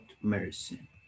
mercy